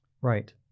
right